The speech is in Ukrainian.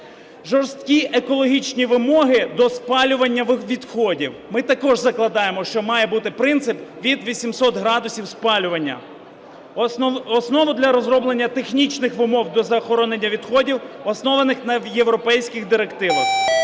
Жорсткі екологічні вимоги до спалювання відходів, ми також закладаємо, що має бути принцип від 800 градусів спалювання. Основу для розроблення технічних вимог до захоронення відходів основаних на європейських директивах.